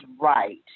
right